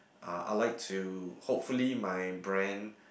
uh I like to hopefully my brand